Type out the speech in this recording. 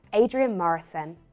adrian morrison.